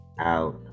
out